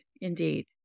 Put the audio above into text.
Indeed